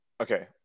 okay